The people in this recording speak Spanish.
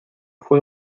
fue